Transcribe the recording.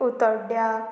उत्तोड्या